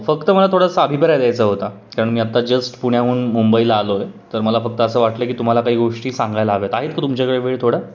फक्त मला थोडासा अभिप्राय द्यायचा होता कारण मी आत्ता जस्ट पुण्याहून मुंबईला आलो आहे तर मला फक्त असं वाटलं की तुम्हाला काही गोष्टी सांगायला हव्यात आहेत का तुमच्याकडे वेळ थोडा